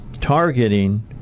targeting